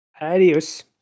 Adios